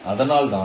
அதனால் தான்